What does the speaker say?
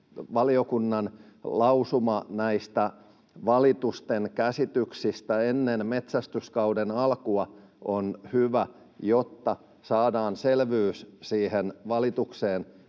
valiokunnan lausuma valitusten käsittelyistä ennen metsästyskauden alkua on hyvä, jotta saadaan selvyys siihen valitukseen,